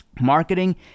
Marketing